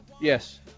Yes